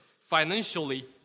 financially